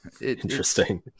interesting